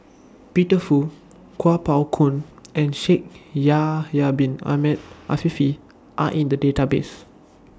Peter Fu Kuo Pao Kun and Shaikh Ya Yahya Bin Ahmed Afifi Are in The Database